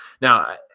Now